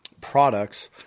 products